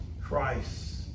Christ